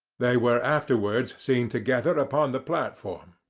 they were afterwards seen together upon the platform.